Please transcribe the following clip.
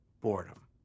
boredom